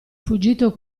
fuggito